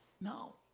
No